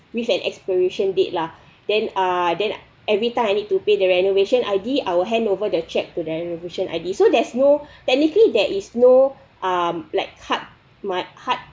with an expiration date lah then uh then every time I need to pay the renovation I_D I will hand over the cheque to their renovation I_D so there's no technically there is no uh like cut my hard